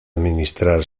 administrar